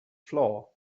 floor